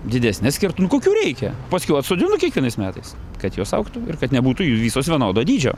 didesnes kertu nu kokių reikia paskiau atsodinu kiekvienais metais kad jos augtų ir kad nebūtų jų visos vienodo dydžio